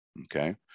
Okay